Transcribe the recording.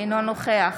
אינו נוכח